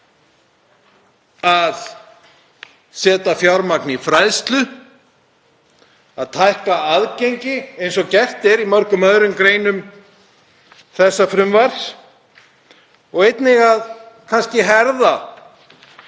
að setja fjármagn í fræðslu, að tækla aðgengi eins og gert er í mörgum öðrum greinum þessa frumvarps og einnig að herða